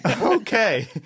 Okay